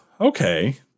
okay